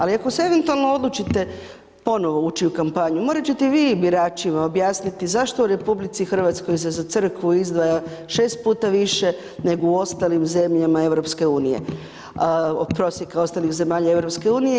Ali, ako se eventualno odlučite ponovo ući u kampanju, morat ćete i vi biračima objasniti zašto u RH se za Crkvu izdvaja 6 puta više, nego u ostalim zemljama EU... [[Govornik se ne razumije]] kao ostalih zemalja EU.